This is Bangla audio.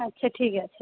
আচ্ছা ঠিক আছে